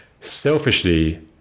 Selfishly